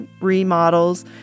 remodels